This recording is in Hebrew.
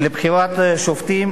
לבחירת שופטים